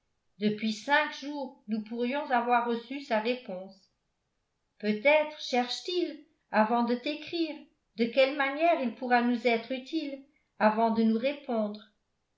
depuis cinq jours nous pourrions avoir reçu sa réponse peut-être cherche t il avant de t'écrire de quelle manière il pourra nous être utile avant de nous répondre